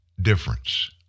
difference